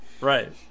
Right